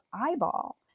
eyeball